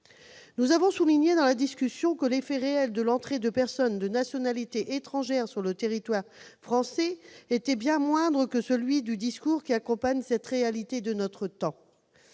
Nous avons souligné, dans la discussion générale, que l'effet réel de l'entrée de personnes de nationalité étrangère sur le territoire français était bien moindre que ce que le discours accompagnant cette réalité de notre temps